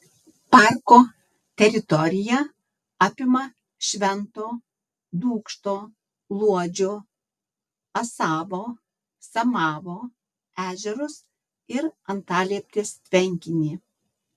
parko teritorija apima švento dūkšto luodžio asavo samavo ežerus ir antalieptės tvenkinį